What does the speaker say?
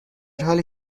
حالی